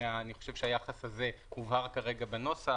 ואני חושב שהיחס הזה הובהר בנוסח.